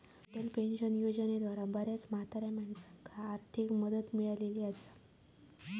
Atal pension योजनेद्वारा बऱ्याच म्हाताऱ्या माणसांका आर्थिक मदत मिळाली हा